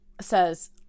says